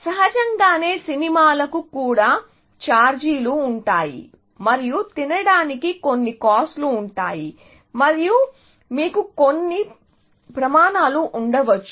సహజంగానే సినిమాలకు కూడా ఛార్జీలు ఉంటాయి మరియు తినడానికి కొన్ని కాస్ట్ లు ఉంటాయి మరియు మీకు కొన్ని ప్రమాణాలు ఉండవచ్చు